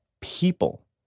people